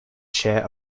chair